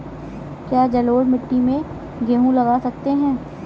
क्या जलोढ़ मिट्टी में गेहूँ लगा सकते हैं?